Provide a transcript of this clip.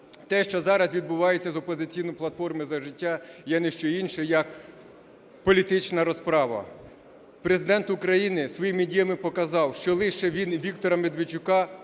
Те, що зараз відбувається з "Опозиційною платформою – За життя", є ні що інше як політична розправа. Президент України своїми діями показав, що він лише Віктора Медведчука